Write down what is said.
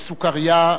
בסוכרייה,